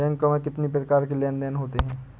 Bank में कितनी प्रकार के लेन देन देन होते हैं?